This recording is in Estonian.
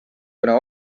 kuna